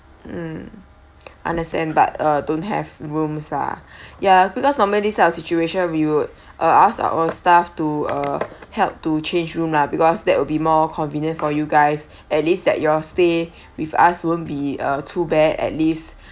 mm understand but uh don't have rooms lah ya because normally this type of situation we would uh ask our staff to uh help to change room lah because that would be more convenient for you guys at least that your stay with us won't be a too bad at least